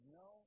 no